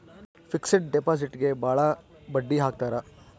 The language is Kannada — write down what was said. ಫಿಕ್ಸೆಡ್ ಡಿಪಾಸಿಟ್ಗೆ ಭಾಳ ಬಡ್ಡಿ ಹಾಕ್ತರ